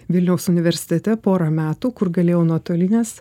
vilniaus universitete porą metų kur galėjau nuotolines